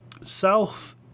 South